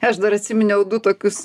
aš dar atsiminiau du tokius